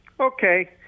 okay